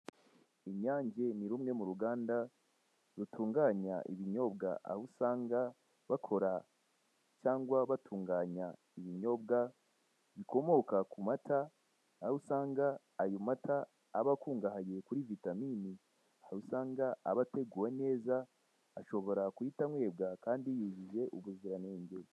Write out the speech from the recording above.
Inyange ni rumwe mu ruganda rutuntanya ibinyobwa aho usanga bakora, cyangwa batunganya binyobwa bikomoka ku mata, aho usanga ayo mata aba akungahaye kuri vitamini aho usanga aba ateguye neza ashobora guhita anywebwa kandi yujuje ubuziranenge.